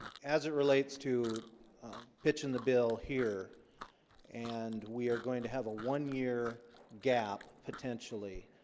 as it relates to pitch in the bill here and we are going to have a one-year gap potentially,